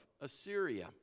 Assyria